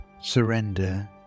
surrender